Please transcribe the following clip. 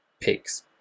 pigs